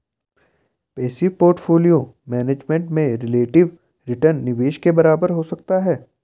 passive portfolio management में relative return निवेश के बराबर हो सकता है